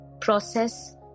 Process